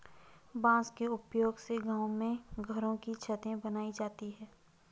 बांस के उपयोग से गांव में घरों की छतें बनाई जाती है